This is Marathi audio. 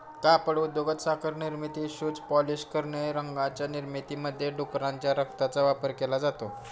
कापड उद्योगात, साखर निर्मिती, शूज पॉलिश करणे, रंगांच्या निर्मितीमध्ये डुकराच्या रक्ताचा वापर केला जातो